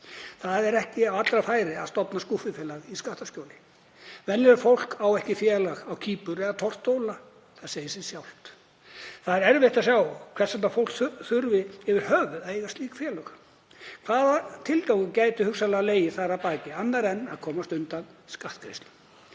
Það er ekki á allra færi að stofna skúffufélag í skattaskjóli, venjulegt fólk á ekki félag á Kýpur eða Tortólu, það segir sig sjálft. Það er erfitt að sjá hvers vegna fólk þarf yfir höfuð að eiga slík félög. Hvaða tilgangur gæti hugsanlega legið að baki annar en sá að komast undan skattgreiðslum?